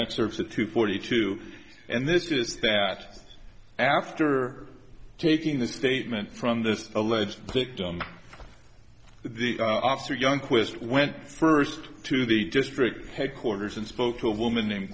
excerpts at two forty two and this is that after taking the statement from this alleged victim the officer young quist went first to the just brick headquarters and spoke to a woman named